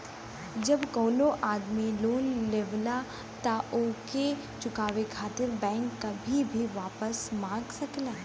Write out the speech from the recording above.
जब कउनो आदमी लोन लेवला तब ओके चुकाये खातिर बैंक कभी भी वापस मांग सकला